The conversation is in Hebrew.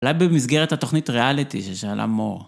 אולי במסגרת התוכנית ריאליטי, ששאלה מור.